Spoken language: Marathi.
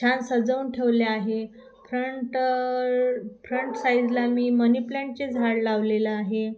छान सजवून ठेवले आहे फ्रंट फ्रंट साईडला मी मनीप्लॅन्टचे झाड लावलेलं आहे